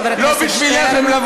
חבר הכנסת שטרן.